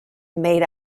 made